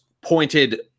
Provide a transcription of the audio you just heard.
pointed